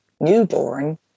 newborn